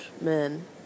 men